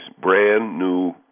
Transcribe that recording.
brand-new